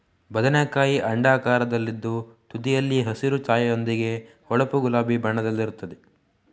ಬದನೆಕಾಯಿ ಅಂಡಾಕಾರದಲ್ಲಿದ್ದು ತುದಿಯಲ್ಲಿ ಹಸಿರು ಛಾಯೆಯೊಂದಿಗೆ ಹೊಳಪು ಗುಲಾಬಿ ಬಣ್ಣದಲ್ಲಿರುತ್ತದೆ